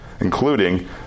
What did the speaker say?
including